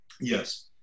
Yes